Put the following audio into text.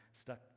stuck